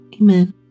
Amen